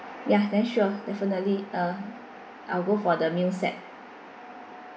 ya then sure definitely uh I will go for the meal set